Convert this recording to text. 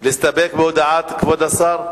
להסתפק בהודעת כבוד השר?